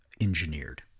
engineered